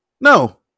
No